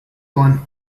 one